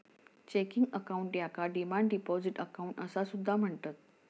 checking account याका demand deposit account असा सुद्धा म्हणतत